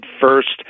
first